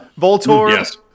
Voltor